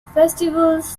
festivals